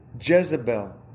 Jezebel